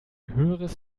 höheres